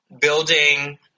building